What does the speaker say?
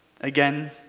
Again